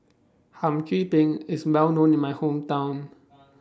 Hum Chim Peng IS Well known in My Hometown